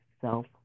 self